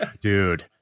dude